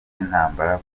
z’intambara